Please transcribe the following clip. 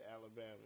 Alabama